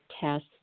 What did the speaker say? test